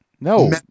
No